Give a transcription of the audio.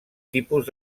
tipus